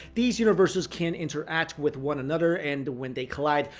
these universes can interact with one another, and when they collide,